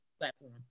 platform